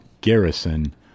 Garrison